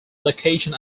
location